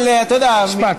אבל אתה יודע, משפט.